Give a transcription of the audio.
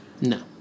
No